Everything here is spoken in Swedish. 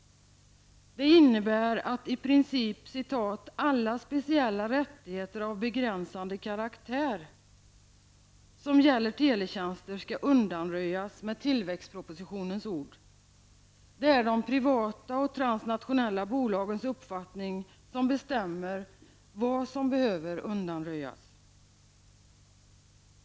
Det innebär att i princip ''alla speciella rättigheter av begränsande karaktär'' som gäller teletjänster skall ''undanröjas'', som det står i tillväxtpropositionen. Det är de privata och transnationella bolagens uppfattning som bestämmer vad som behöver undanröjas.